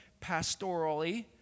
pastorally